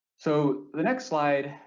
so the next slide,